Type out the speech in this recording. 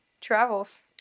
travels